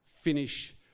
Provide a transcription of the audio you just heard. finish